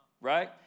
right